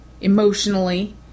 emotionally